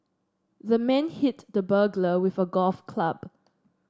the man hit the burglar with a golf club